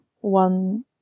one